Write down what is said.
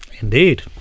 Indeed